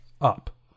up